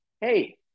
hey